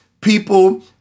People